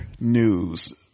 news